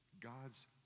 God's